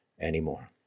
anymore